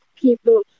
people